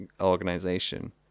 organization